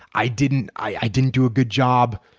i didn't i didn't do a good job.